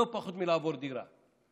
לא פחות מלעבור דירה,